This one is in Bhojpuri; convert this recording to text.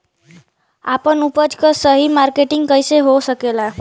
आपन उपज क सही मार्केटिंग कइसे हो सकेला?